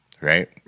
right